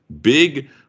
big